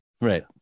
right